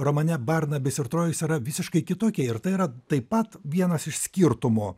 romane barnabis ir trojus yra visiškai kitokie ir tai yra taip pat vienas iš skirtumų